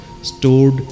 stored